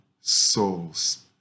souls